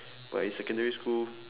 but in secondary school